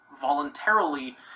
voluntarily